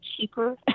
cheaper